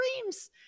dreams